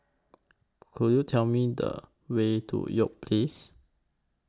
Could YOU Tell Me The Way to York Place